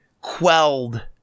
quelled